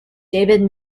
david